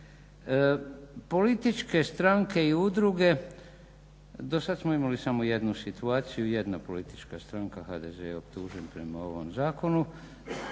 Političke strane i udruge do sada smo imali samo jednu situaciju, jedna politička stranka HDZ je optužen prema ovom zakonu,